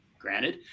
Granted